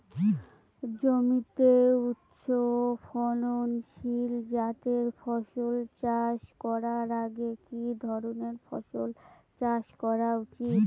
জমিতে উচ্চফলনশীল জাতের ফসল চাষ করার আগে কি ধরণের ফসল চাষ করা উচিৎ?